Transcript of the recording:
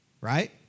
right